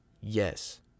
yes